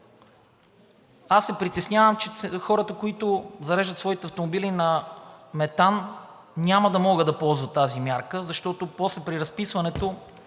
Аз се притеснявам, че хората, които зареждат своите автомобили на метан, няма да могат да ползват тази мярка, защото после при разписването